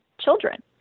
children